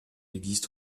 existe